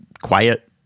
quiet